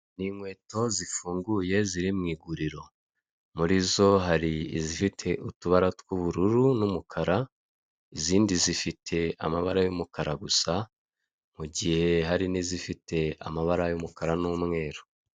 Ni nkweto zifunguye ziri mu iguriro muri zo hari izifite utubara tw'ubururu n'umukara izindi zifite amabara y'umukara gusa mu gihe hari n'izifite amabara y'umukara n'umweru.